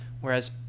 whereas